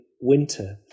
winter